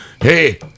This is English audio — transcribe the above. Hey